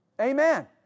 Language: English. amen